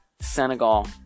Senegal